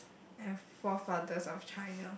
and forth fathers of China